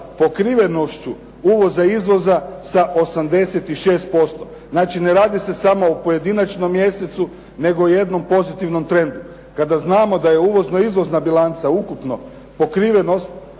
pokrivenošću uvoza izvoza sa 86%. Znači ne radi se samo o pojedinačnom mjesecu nego jednom pozitivnom trendu. Kada znamo da je uvozno izvozna bilanca ukupno, pokrivenost